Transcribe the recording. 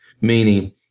Meaning